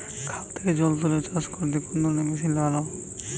খাল থেকে জল তুলে চাষ করতে কোন ধরনের মেশিন ভালো?